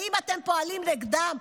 האם אתם פועלים נגדם?